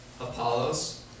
Apollos